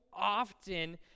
often